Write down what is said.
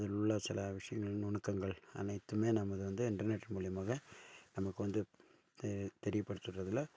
அதில் உள்ள சில விஷயங்கள் நுணுக்கங்கள் அனைத்துமே நமக்கு வந்து இண்டர்நெட் மூலயமாக நமக்கு வந்து தெரிய தெரியப்படுத்துறதில்